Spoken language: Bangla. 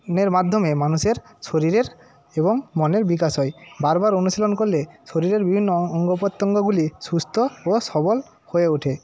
এর মাধ্যমে মানুষের শরীরের এবং মনের বিকাশ হয় বারবার অনুশীলন করলে শরীরের বিভিন্ন অঙ্গপ্রত্যঙ্গগুলি সুস্থ ও সবল হয়ে ওঠে